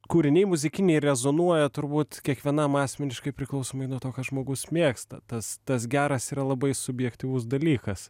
kūriniai muzikiniai rezonuoja turbūt kiekvienam asmeniškai priklausomai nuo to ką žmogus mėgsta tas tas geras yra labai subjektyvus dalykas